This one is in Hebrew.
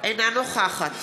אינה נוכחת